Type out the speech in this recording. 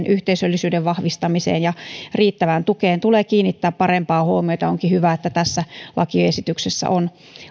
yhteisöllisyyden vahvistamiseen ja riittävään tukeen tulee kiinnittää parempaa huomiota ja onkin hyvä että tässä lakiesityksessä on